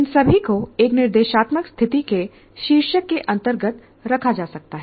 इन सभी को एक निर्देशात्मक स्थिति के शीर्षक के अंतर्गत रखा जा सकता है